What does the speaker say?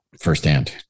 firsthand